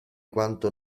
quanto